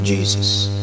Jesus